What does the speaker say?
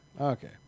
Okay